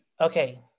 Okay